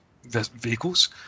Vehicles